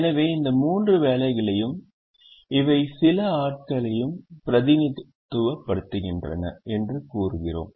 எனவே இந்த மூன்று வேலைகளையும் இவை சில ஆட்களையும் பிரதிநிதித்துவப்படுத்துகின்றன என்று கூறுகிறோம்